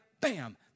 bam